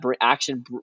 action